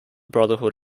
brotherhood